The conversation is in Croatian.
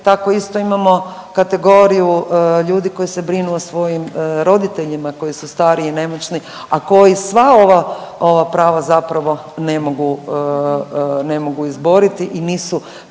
tako isto imamo kategoriju ljudi koji se brinu o svojim roditeljima koji su stari i nemoćni, a koji sva ova, ova prava zapravo ne mogu, ne mogu izboriti i nisu